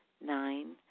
Nine